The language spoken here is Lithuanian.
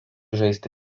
žaisti